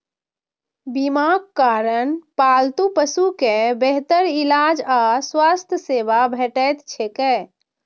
बीमाक कारण पालतू पशु कें बेहतर इलाज आ स्वास्थ्य सेवा भेटैत छैक